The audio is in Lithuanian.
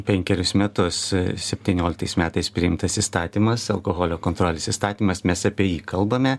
penkerius metus septynioliktais metais priimtas įstatymas alkoholio kontrolės įstatymas mes apie jį kalbame